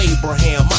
Abraham